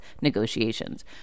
negotiations